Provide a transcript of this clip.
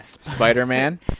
Spider-Man